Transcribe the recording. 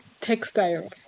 textiles